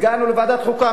הגענו לוועדת חוקה,